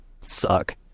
suck